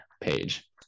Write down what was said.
Page